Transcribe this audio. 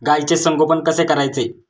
गाईचे संगोपन कसे करायचे?